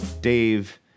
Dave